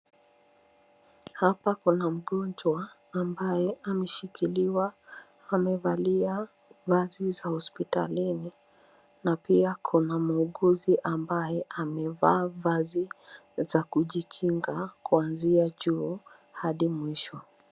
Hapa kuna mgonjwa ambaye ameshikiliwa amevalia vazi za hospitalini na pia kuna muuguzi ambaye amevaa vazi za kijikinga kuanzia juu hadi mwisho.